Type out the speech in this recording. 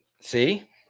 see